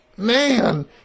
man